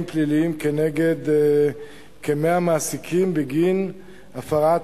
פליליים כנגד כ-100 מעסיקים בגין הפרת החוק.